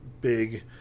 Big